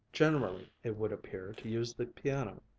generally it would appear to use the piano.